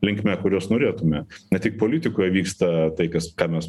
linkme kurios norėtume ne tik politikoje vyksta tai kas ką mes